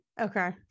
okay